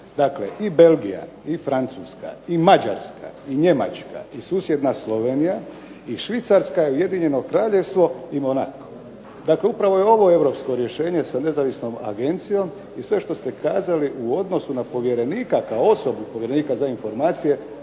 dakle i Belgija, i Francuska, i Mađarska, i Njemačka, i susjedna Slovenija i Švicarska, i Ujedinjeno Kraljevstvo i Monako. Dakle upravo je ovo europsko rješenje sa nezavisnom agencijom i sve što ste kazali u odnosu na povjerenika kao osobu povjerenika za informacije